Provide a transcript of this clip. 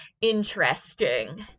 interesting